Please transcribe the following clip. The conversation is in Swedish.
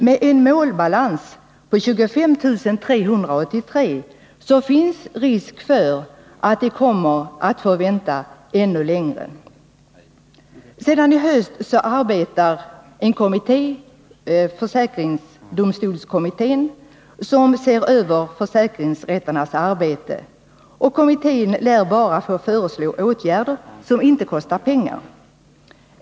Med en målbalans på 25 383 ärenden finns det en risk att försäkrade kommer att få vänta ännu längre. Sedan i höstas arbetar en kommitté — försäkringsdomstolskommittén — som har att se över försäkringsrätternas arbete. Denna kommitté lär bara ha rätt att föreslå åtgärder som inte kostar pengar.